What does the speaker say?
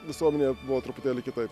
visuomenėje buvo truputėlį kitaip